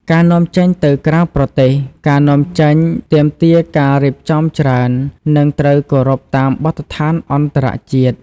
ការនាំចេញទៅក្រៅប្រទេស ការនាំចេញទាមទារការរៀបចំច្រើន និងត្រូវគោរពតាមបទដ្ឋានអន្តរជាតិ។